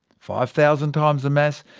five thousand times the mass,